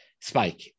spike